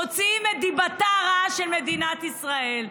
מוציאים את דיבתה הרעה של מדינת ישראל,